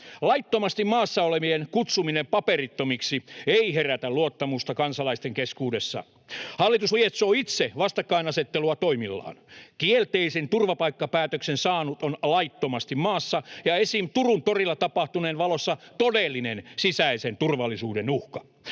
Laittomasti maassa olevien kutsuminen paperittomiksi ei herätä luottamusta kansalaisten keskuudessa. Hallitus lietsoo itse vastakkainasettelua toimillaan. Kielteisen turvapaikkapäätöksen saanut on laittomasti maassa ja esim. Turun torilla tapahtuneen valossa todellinen sisäisen turvallisuuden uhka.